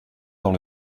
dans